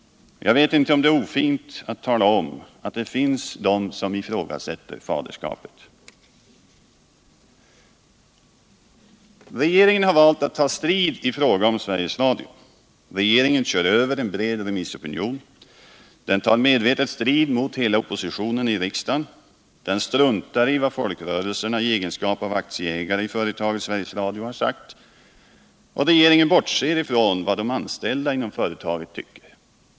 Jag vet inte om det är ofint att tala om att det finns de som ifrågasätter faderskapet. Regeringen har valt att ta strid i fråga om Sveriges Radio. Regeringen kör över en bred remissopinion. Den tar medvetet strid mot hela oppositionen i riksdagen. Den struntar i vad folkrörelserna i egenskap av aktieägare i företaget Sveriges Radio har sagt. Och regeringen bortser ifrån vad de anställda inom företaget tycker.